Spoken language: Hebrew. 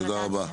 תודה רבה.